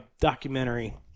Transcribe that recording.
documentary